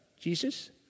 Jesus